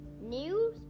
News